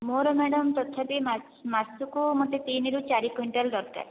ମୋର ମ୍ୟାଡ଼ାମ୍ ତଥାପି ମାସକୁ ମୋତେ ତିନିରୁ ଚାରି କୁଇଣ୍ଟାଲ୍ ଦରକାର